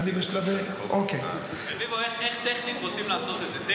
רביבו, איך טכנית רוצים לעשות את זה?